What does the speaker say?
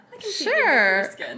Sure